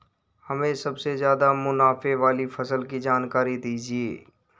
हमें सबसे ज़्यादा मुनाफे वाली फसल की जानकारी दीजिए